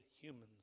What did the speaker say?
humans